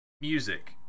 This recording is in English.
music